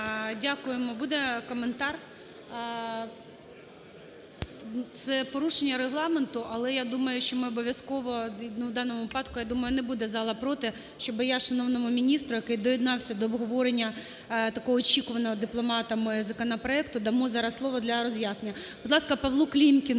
Дякуємо. Буде коментар? Це порушення Регламенту, але я думаю, що ми обов'язково, в даному випадку, я думаю, не буде зала проти, щоб я шановному міністру, який доєднався до обговорення такого очікуваного дипломатами законопроекту, дамо зараз слово для роз'яснення. Будь ласка, Павлу Клімкіну,